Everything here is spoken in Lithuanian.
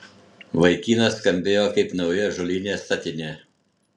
vaikinas skambėjo kaip nauja ąžuolinė statinė